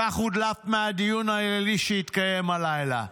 כך הודלף מהדיון הלילי שהתקיים הלילה.